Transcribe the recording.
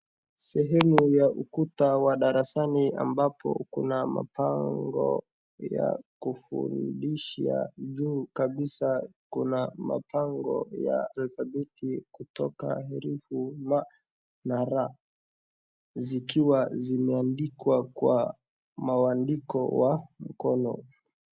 Sehemu ya ukuta wa darasani ambapo kuna mapango ya kufundisha juu kabisa .Kuna mipango ya alfabeti kutoka herufi m na r zikiwa zimeandikwa kwa mwandiko wa mikono.